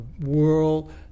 world